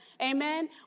Amen